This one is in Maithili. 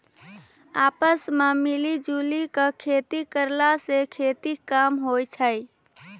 आपस मॅ मिली जुली क खेती करला स खेती कम होय छै